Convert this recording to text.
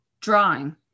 drawing